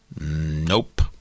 nope